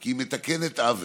כי היא מתקנת עוול.